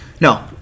No